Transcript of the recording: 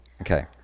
Okay